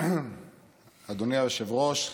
אדוני היושב-ראש,